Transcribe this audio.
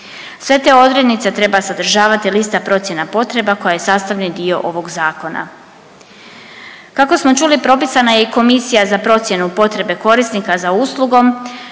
Sve te odrednice treba sadržavati lista procjena potreba koja je sastavni dio ovog zakona. Kako smo čuli, propisana je i komisija za procjenu potrebe korisnika za uslugom,